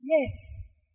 Yes